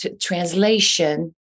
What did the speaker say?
translation